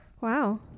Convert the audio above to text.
Wow